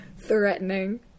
Threatening